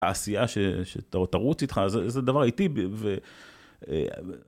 העשייה שתרוץ איתך, זה דבר איטי.